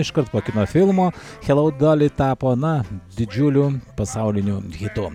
iškart po kino filmo chelou doli tapo na didžiuliu pasauliniu hitu